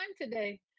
today